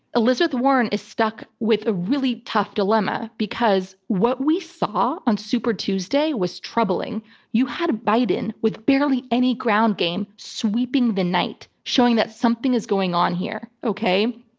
elizabeth warren is stuck with a really tough dilemma because what we saw on super tuesday was troubling you had biden with barely any ground game sweeping the night, showing that something is going on here. okay?